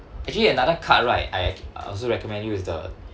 actually another card right I also recommend you is the